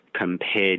compared